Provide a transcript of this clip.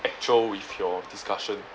factual with your discussion